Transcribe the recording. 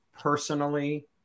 personally